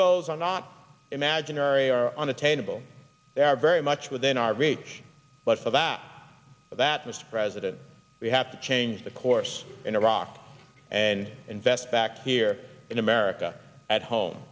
goals are not imaginary are unattainable they are very much within our reach but of that of that mr president we have to change the course in iraq and invest back here in america at home